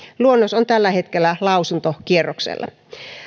luonnos on tällä hetkellä lausuntokierroksella